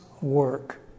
work